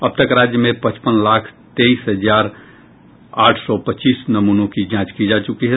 अब तक राज्य में पचपन लाख तईस हजार आठ सौ पच्चीस नमूनों की जांच की जा चुकी है